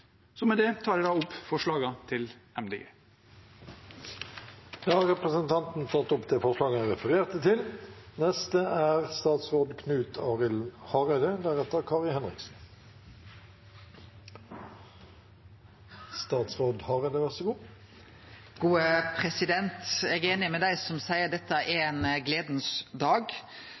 samferdselspolitikk. Med det tar jeg opp forslaget til Miljøpartiet De Grønne. Representanten Per Espen Stoknes har tatt opp det forslaget han refererte til. Eg er einig med dei som seier at dette er ein «gledens dag»,